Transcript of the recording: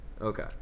okay